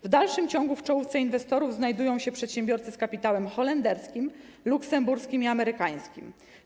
W dalszym ciągu w czołówce inwestorów znajdują się przedsiębiorcy z kapitałem holenderskim, luksemburskim i amerykańskim.